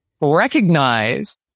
recognize